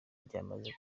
ryamaze